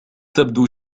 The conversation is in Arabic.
تبدو